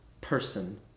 person